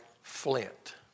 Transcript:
flint